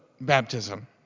baptism